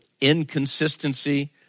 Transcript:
inconsistency